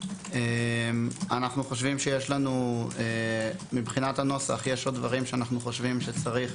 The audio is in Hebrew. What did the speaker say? אנו חושבים שיש לנו מבחינת הנוסח דברים שאנו חושבים שצריך